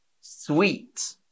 Sweet